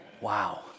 Wow